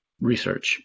research